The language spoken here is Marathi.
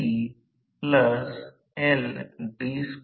म्हणजेच हा प्रतिकार म्हणजे आम्हाला r2 ' s मिळाला